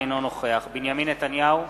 אינו נוכח בנימין נתניהו,